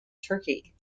turkey